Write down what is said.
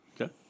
Okay